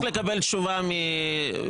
אני אשמח לקבל תשובה משגית.